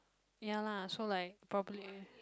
ya lah so like probably